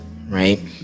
right